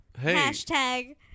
Hashtag